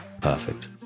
perfect